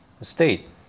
state